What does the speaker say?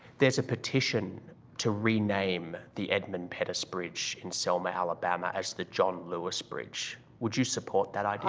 there's a petition to rename the edmund pettus bridge in selma, alabama, as the john lewis bridge. would you support that idea?